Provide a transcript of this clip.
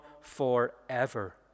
forever